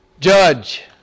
judge